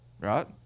right